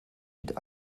mit